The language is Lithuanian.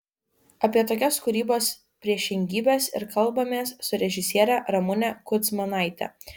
apie tokias kūrybos priešingybes ir kalbamės su režisiere ramune kudzmanaite